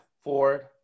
Ford